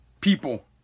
people